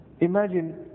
imagine